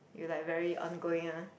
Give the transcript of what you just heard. you like very ongoing ah